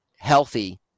healthy